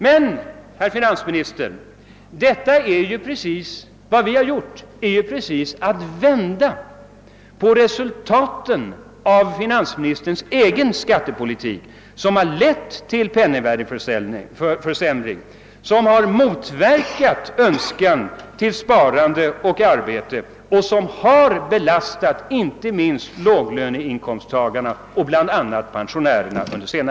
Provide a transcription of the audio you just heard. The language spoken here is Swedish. Ja, herr finansminister, det vi föreslagit är precis motsatsen till resultaten av finansministerns egen skattepolitik, som har lett till penningvärdeförsämring, som har motverkat ett ökat sparande och ökade arbetsinsatser och som har belastat inte minst låginkomsttagarna pensionärerna.